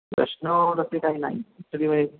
प्रश्न तसे काही नाही तरी म्हणजे